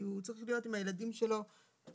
כי הוא צריך להיות עם הילדים שלו בבית.